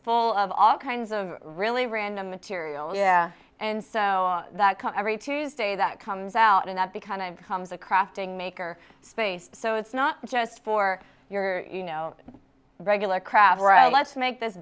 full of all kinds of really random material and so that every tuesday that comes out and at the kind of becomes a crafting maker space so it's not just for your you know regular craft right let's make this